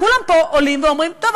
כולם פה עולים ואומרים: טוב,